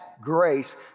grace